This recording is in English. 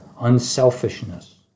unselfishness